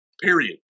period